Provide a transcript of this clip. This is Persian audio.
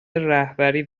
رهبری